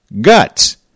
Guts